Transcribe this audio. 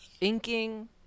inking